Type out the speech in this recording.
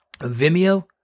Vimeo